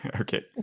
Okay